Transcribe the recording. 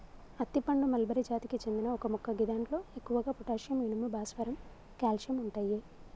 అత్తి పండు మల్బరి జాతికి చెందిన ఒక మొక్క గిదాంట్లో ఎక్కువగా పొటాషియం, ఇనుము, భాస్వరం, కాల్షియం ఉంటయి